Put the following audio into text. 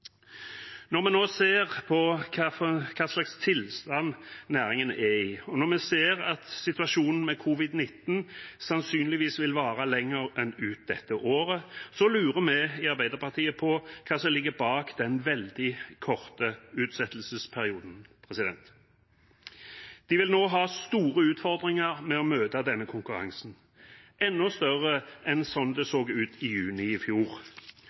Når vi nå ser hva slags tilstand næringen er i, og når vi ser at situasjonen med covid-19 sannsynligvis vil vare lenger enn ut dette året, lurer vi i Arbeiderpartiet på hva som ligger bak den veldig korte utsettelsesperioden. De vil nå ha store utfordringer med å møte denne konkurransen, enda større enn slik det så ut i juni i fjor.